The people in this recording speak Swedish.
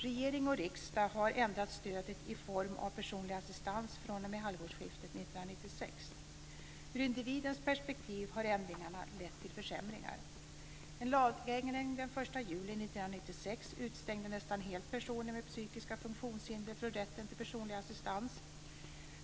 Regering och riksdag har ändrat stödet i form av personlig assistans fr.o.m. halvårsskiftet 1996. Ur individens perspektiv har ändringarna lett till försämringar. En lagändring den 1 juli 1996 utestängde nästan helt personer med psykiska funktionshinder från rätten till personlig assistans.